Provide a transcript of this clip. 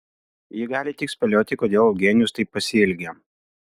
ji gali tik spėlioti kodėl eugenijus taip pasielgė